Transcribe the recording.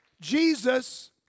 Jesus